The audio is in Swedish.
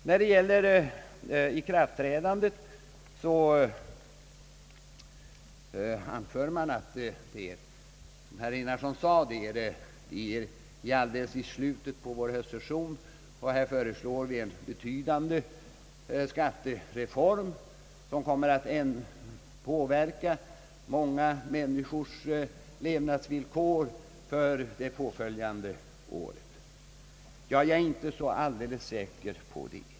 När det gäller ikraftträdandet av de föreslagna bestämmelserna anförde herr Enarsson, att vi nu befinner oss i slutet av höstsessionen och ait det föreslås en betydande skattereform som kommer att påverka många människors levnadsvillkor för de påföljande åren. Jag är inte så alldeles säker på den punkten.